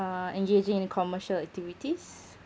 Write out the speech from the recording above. uh engaging in commercial activities